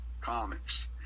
comics